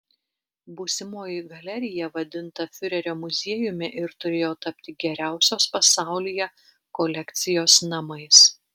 būsimoji galerija vadinta fiurerio muziejumi ir turėjo tapti geriausios pasaulyje kolekcijos namais